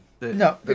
No